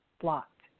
blocked